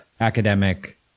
academic